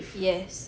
yes